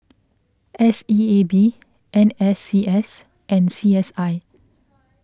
S E A B N S C S and C S I